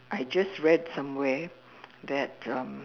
I just read somewhere that um